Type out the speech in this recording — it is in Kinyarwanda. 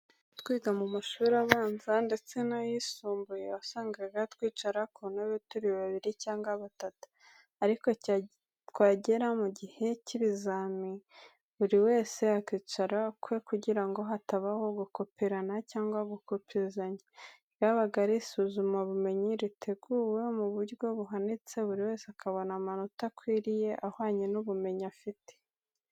Twiga mu mashuri abanza ndetse no mu yisumbuye, wasangaga twicara ku ntebe turi babiri cyangwa batatu. Ariko byagera mu gihe cy’ibizamini, buri wese akicara ukwe kugira ngo hatabaho gukoperana cyangwa gukopezanya. Ryabaga ari isuzumabumenyi riteguwe mu buryo buhanitse, buri wese akabona amanota akwiriye ahwanye n’ubumenyi afite.